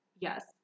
Yes